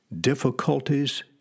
difficulties